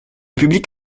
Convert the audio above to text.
public